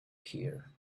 here